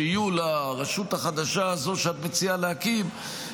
שיהיו לרשות החדשה הזו שאת מציעה להקים,